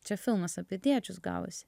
čia filmas apie tėčius gavosi